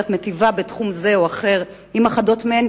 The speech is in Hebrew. מיטיבה בתחום זה או אחר עם אחדות מהן,